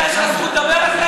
בכלל יש לך זכות לדבר, אחרי